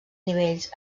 nivells